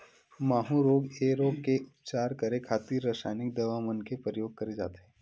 माहूँ रोग ऐ रोग के उपचार करे खातिर रसाइनिक दवा मन के परियोग करे जाथे